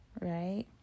right